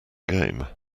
game